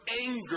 anger